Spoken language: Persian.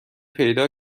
پیدا